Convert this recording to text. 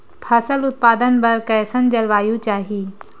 फसल उत्पादन बर कैसन जलवायु चाही?